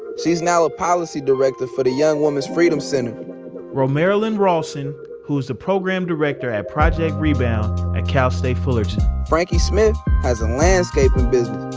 she's now a policy director for the young woman's freedom center romarilyn ralson who is the program director at project rebound at cal state fullerton frankie smith has a landscaping business,